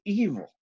evil